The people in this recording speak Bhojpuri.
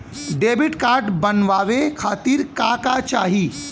डेबिट कार्ड बनवावे खातिर का का चाही?